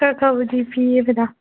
ꯈꯔ ꯈꯔꯕꯨꯗꯤ ꯄꯤꯌꯦ ꯃꯦꯗꯥꯝ